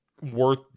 worth